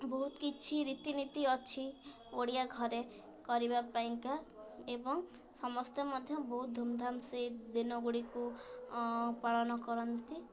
ବହୁତ କିଛି ରୀତିନୀତି ଅଛି ଓଡ଼ିଆ ଘରେ କରିବା ପାଇଁକା ଏବଂ ସମସ୍ତେ ମଧ୍ୟ ବହୁତ ଧୁମଧାମ ସେ ଦିନ ଗୁଡ଼ିକୁ ପାଳନ କରନ୍ତି